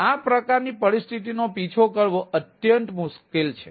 તેથી આ પ્રકારની પરિસ્થિતિઓનો પીછો કરવો અત્યંત મુશ્કેલ છે